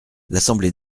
l’assemblée